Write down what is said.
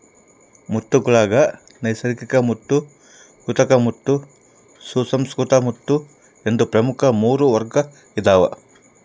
ಮುತ್ತುಗುಳಾಗ ನೈಸರ್ಗಿಕಮುತ್ತು ಕೃತಕಮುತ್ತು ಸುಸಂಸ್ಕೃತ ಮುತ್ತು ಎಂದು ಪ್ರಮುಖ ಮೂರು ವರ್ಗ ಇದಾವ